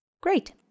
Great